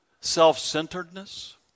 self-centeredness